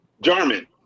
Jarman